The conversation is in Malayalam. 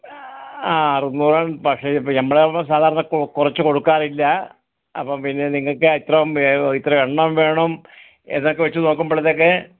ആ അറുന്നൂറ് എണ്ണം പക്ഷേ നമ്മൾ സാധാരണ കുറച്ച് കൊടുക്കാറില്ല അപ്പോൾ പിന്നെ നിങ്ങൾക്ക് എത്ര എത്രയെണ്ണം വേണം എന്നൊക്കെ വെച്ച് നോക്കുമ്പോഴത്തേക്ക്